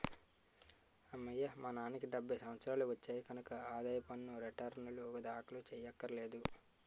అమ్మయ్యా మా నాన్నకి డెబ్భై సంవత్సరాలు వచ్చాయి కనక ఆదాయ పన్ను రేటర్నులు దాఖలు చెయ్యక్కర్లేదు